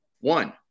One